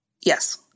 Yes